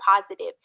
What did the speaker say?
positive